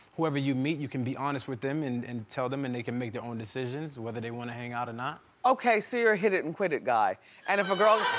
whoever you meet, you can be honest with them and and tell them and they can make their own decisions whether they wanna hang out or not. okay, so you're a hit-it-and-quit-it guy and if a girl